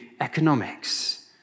economics